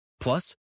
Plus